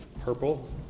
Purple